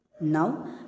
now